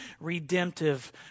redemptive